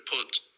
put